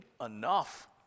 enough